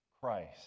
christ